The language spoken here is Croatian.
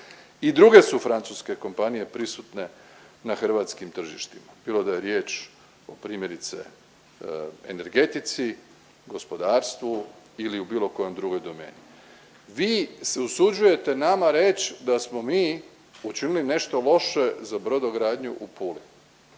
I druge su francuske kompanije prisutne na hrvatskim tržištima bilo da je riječ o primjerice energetici, gospodarstvu ili u bilo kojem drugoj domeni. Vi se usuđujete nama reći da smo mi učinili nešto loše za brodogradnju u Puli